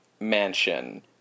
mansion